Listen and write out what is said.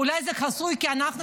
אולי זה חסוי כי אנחנו,